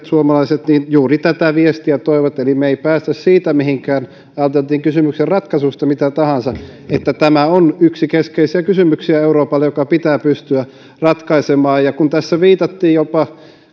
suomalaiset asiantuntijat juuri tätä viestiä toivat eli me emme pääse siitä mihinkään ajateltiin kysymyksen ratkaisusta mitä tahansa että tämä on euroopalle yksi keskeisiä kysymyksiä joka pitää pystyä ratkaisemaan kun tässä viitattiin jopa